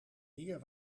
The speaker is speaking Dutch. meer